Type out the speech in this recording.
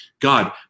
God